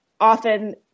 often